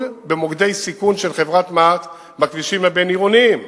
במוקדי הסיכון של חברת מע"צ בכבישים הבין-עירוניים.